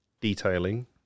detailing